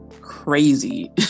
crazy